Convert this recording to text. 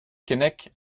keinec